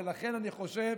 ולכן אני חושב